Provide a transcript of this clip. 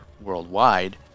worldwide